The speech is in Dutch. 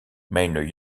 mijn